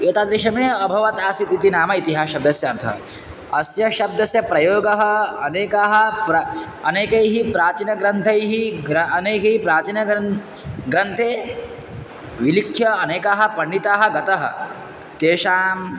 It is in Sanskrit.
एतादृशमेव अभवत् आसीत् इति नाम इतिहासः शब्दस्य अर्थः अस्य शब्दस्य प्रयोगः अनेकैः प्र अनेकैः प्राचीनग्रन्थैः ग्र अनेके प्राचीनग्रन्थे ग्रन्थे विलिख्य अनेकाः पण्डिताः गताः तेषाम्